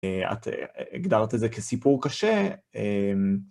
את הגדרת את זה כסיפור קשה.